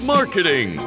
Marketing